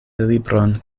libron